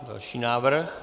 Další návrh.